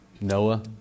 Noah